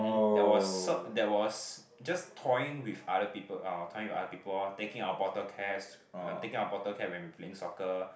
mm there was sort there was just toying with other people or toying with other people orh taking our bottle caps uh taking our bottle cap when we playing soccer